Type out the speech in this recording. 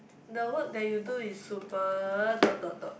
the work that you do is super dot dot dot